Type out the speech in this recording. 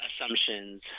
assumptions